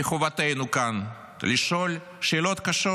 מחובתנו כאן לשאול שאלות קשות.